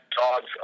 dogs